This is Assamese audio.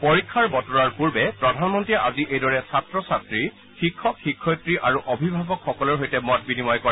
পৰীক্ষাৰ বতৰৰ পূৰ্বে প্ৰধানমন্তীয়ে আজি এইদৰে ছাত্ৰ ছাত্ৰী শিক্ষক শিক্ষয়িত্ৰী আৰু অভিভাৱকসকলৰ সৈতে মত বিনিময় কৰে